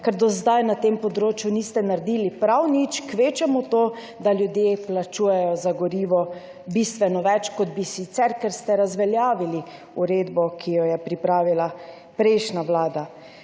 ker do zdaj na tem področju niste naredili prav nič, kvečjemu to, da ljudje plačujejo za gorivo bistveno več, kot bi sicer, ker ste razveljavili uredbo, ki jo je pripravila prejšnja vlada.